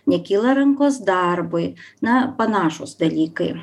nekyla rankos darbui na panašūs dalykai